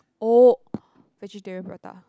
oh vegetarian prata